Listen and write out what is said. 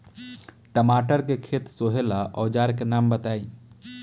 टमाटर के खेत सोहेला औजर के नाम बताई?